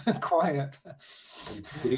quiet